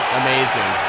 amazing